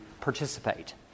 participate